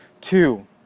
Two